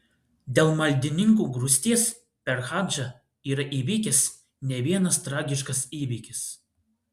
dėl maldininkų grūsties per hadžą yra įvykęs ne vienas tragiškas įvykis